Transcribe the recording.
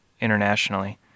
internationally